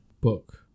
book